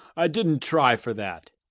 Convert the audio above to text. i didn't try for that,